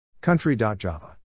country.java